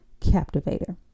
Captivator